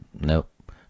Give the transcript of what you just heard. Nope